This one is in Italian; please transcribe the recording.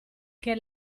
che